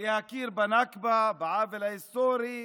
להכיר בנכבה, בעוול ההיסטורי.